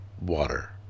water